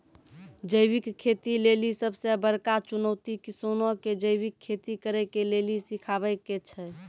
जैविक खेती लेली सबसे बड़का चुनौती किसानो के जैविक खेती करे के लेली सिखाबै के छै